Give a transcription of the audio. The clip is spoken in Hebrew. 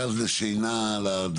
והסיבה, כמו